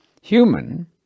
human